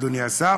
אדוני השר,